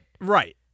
Right